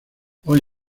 hoy